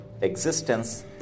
existence